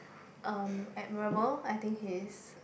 um admirable I think he is